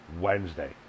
Wednesday